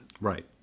Right